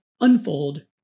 unfold